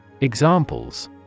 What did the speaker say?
Examples